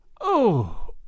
Oh